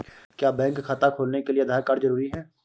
क्या बैंक खाता खोलने के लिए आधार कार्ड जरूरी है?